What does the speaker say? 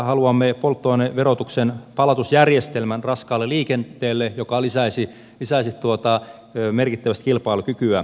haluamme polttoaineverotuksen palautusjärjestelmän raskaalle liikenteelle joka lisäisi merkittävästi kilpailukykyä